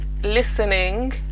listening